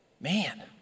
man